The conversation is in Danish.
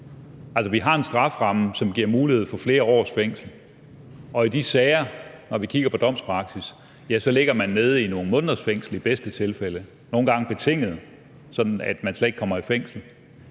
Altså, vi har en strafferamme, som giver mulighed for flere års fængsel, og når vi i de sager kigger på domspraksis, kan vi se, at man ligger nede i nogle måneders fængsel i bedste tilfælde, og nogle gange er det betinget, sådan at man slet ikke kommer i fængsel.